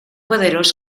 poderós